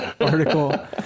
article